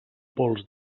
pols